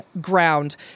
ground